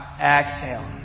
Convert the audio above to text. exhale